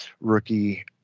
Rookie